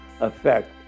effect